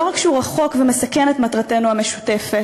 לא רק שהוא רחוק ומסכן את מטרתנו המשותפת,